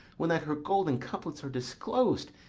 when that her golden couplets are disclos'd,